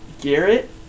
Garrett